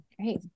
Great